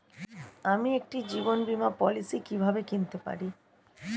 আমি একটি জীবন বীমা পলিসি কিভাবে কিনতে পারি?